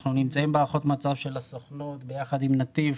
אנחנו נמצאים בהערכות מצב של הסוכנות ביחד עם נתיב.